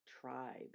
tribe